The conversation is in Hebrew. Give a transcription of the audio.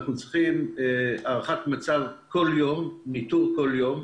אנחנו צריכים הערכת מצב כל יום, ניטור כל יום,